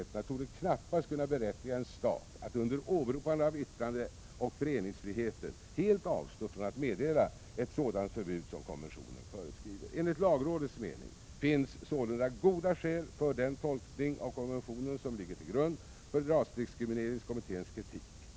torde knappast kunna berättiga en stat att under åberopande av yttrandeoch föreningsfriheten helt avstå från att meddela ett sådant förbud som konventionen föreskriver. Enligt lagrådets mening finns sålunda goda skäl för den tolkning av konventionen som ligger till grund för rasdiskrimineringskommitténs kritik.